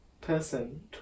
person